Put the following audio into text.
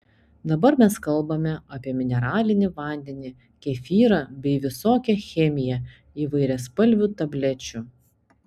dabar mes kalbame apie mineralinį vandenį kefyrą bei visokią chemiją įvairiaspalvių tablečių